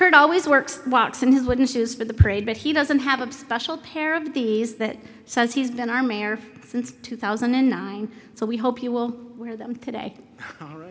heard always works walks in his wooden shoes for the parade but he doesn't have a special pair of these that says he's been our mayor since two thousand and nine so we hope you will wear them today